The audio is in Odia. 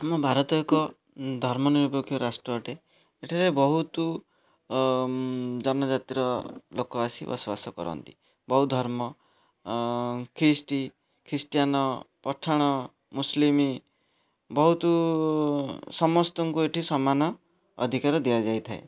ଆମ ଭାରତ ଏକ ଧର୍ମନିରପେକ୍ଷ ରାଷ୍ଟ୍ର ଅଟେ ଏଠାରେ ବହୁତ ଜନଜାତିର ଲୋକ ଆସି ବସବାସ କରନ୍ତି ବହୁତ ଧର୍ମ ଖିଷ୍ଟି ଖ୍ରୀଷ୍ଟିୟାନ୍ ପଠାଣ ମୁସଲିମ୍ ବହୁତ ସମସ୍ତଙ୍କୁ ଏଠି ସମାନ ଅଧିକାର ଦିଆଯାଇଥାଏ